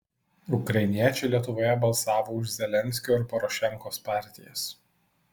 ukrainiečiai lietuvoje balsavo už zelenskio ir porošenkos partijas